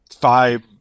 five